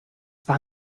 war